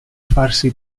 farsi